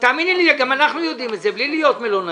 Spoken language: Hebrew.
אנחנו יודעים.